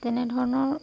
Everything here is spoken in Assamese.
তেনেধৰণৰ